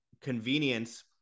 convenience